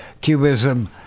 cubism